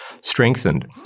strengthened